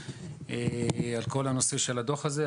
על שיתוף הפעולה ועל כל הדו"ח הזה.